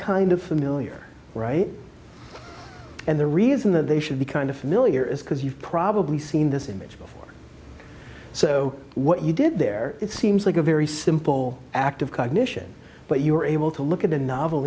kind of familiar right and the reason that they should be kind of familiar is because you've probably seen this image before so what you did there it seems like a very simple act of cognition but you were able to look at a novel